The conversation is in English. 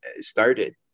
started